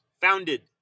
founded